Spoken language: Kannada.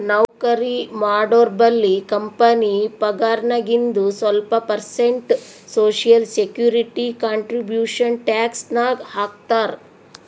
ನೌಕರಿ ಮಾಡೋರ್ಬಲ್ಲಿ ಕಂಪನಿ ಪಗಾರ್ನಾಗಿಂದು ಸ್ವಲ್ಪ percent social security contribution tax ನಾಗ್ ಹಾಕ್ತಾರ್